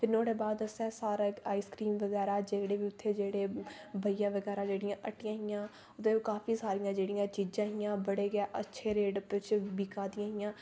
नुआढ़े बाद असें सारें आइसक्रीम बगैरा जेह्ड़े उत्थै जेह्ड़े भैया बगैरा उत्थै जेह्ड़ी हट्टियां हियां उदे च काफी सारियां जेहड़ियां चीजां हियां बड़े गै अच्छे रेट बिच्च बिका दिया हियां